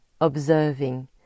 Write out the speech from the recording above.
observing